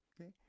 Okay